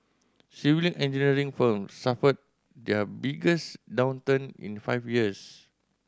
civil engineering firms suffered their biggest downturn in five years